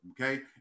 okay